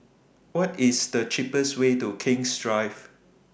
What IS The cheapest Way to King's Drive